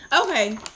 okay